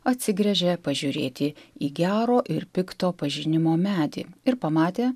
atsigręžė pažiūrėti į gero ir pikto pažinimo medį ir pamatė